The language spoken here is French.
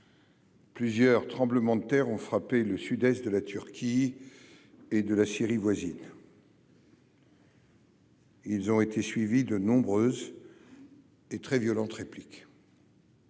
jour, un tremblement de terre a frappé le sud-est de la Turquie et la Syrie voisine. Il a été suivi de nombreuses et violentes répliques.